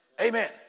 Amen